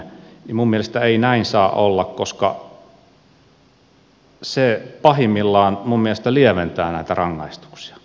minun mielestäni ei näin saa olla koska se pahimmillaan minun mielestäni lieventää näitä rangaistuksia